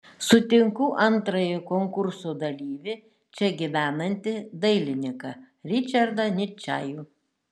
sutinku antrąjį konkurso dalyvį čia gyvenantį dailininką ričardą ničajų